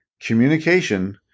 communication